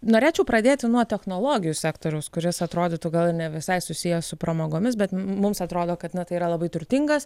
norėčiau pradėti nuo technologijų sektoriaus kuris atrodytų gal ir ne visai susijęs su pramogomis bet mums atrodo kad na tai yra labai turtingas